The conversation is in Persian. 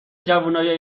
جوونای